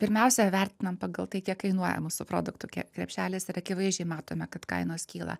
pirmiausia vertinam pagal tai kiek kainuoja mūsų produktų krepšelis ir akivaizdžiai matome kad kainos kyla